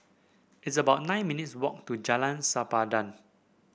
it's about nine minutes' walk to Jalan Sempadan